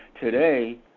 today